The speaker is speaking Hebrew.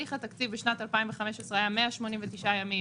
בתהליך התקציב בשנת 2015 היו 189 ימים